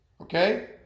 okay